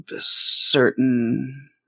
certain